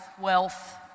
wealth